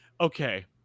okay